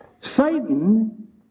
Satan